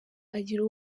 agira